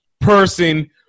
person